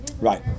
Right